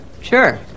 Sure